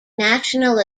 national